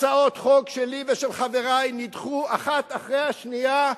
הצעות חוק שלי ושל חברי נדחו אחת אחרי השנייה.